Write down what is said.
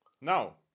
Now